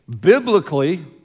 biblically